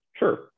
Sure